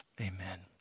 Amen